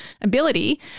ability